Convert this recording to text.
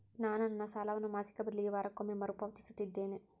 ನಾನು ನನ್ನ ಸಾಲವನ್ನು ಮಾಸಿಕ ಬದಲಿಗೆ ವಾರಕ್ಕೊಮ್ಮೆ ಮರುಪಾವತಿಸುತ್ತಿದ್ದೇನೆ